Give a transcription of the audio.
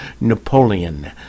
Napoleon